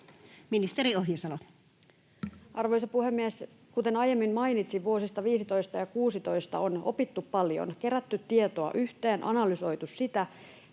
Content: Arvoisa puhemies! Kuten aiemmin mainitsin, vuosista 15 ja 16 on opittu paljon, kerätty tietoa yhteen, analysoitu sitä,